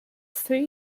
three